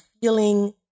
feeling